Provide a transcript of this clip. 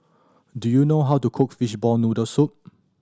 do you know how to cook fishball noodle soup